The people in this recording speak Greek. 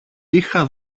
είχα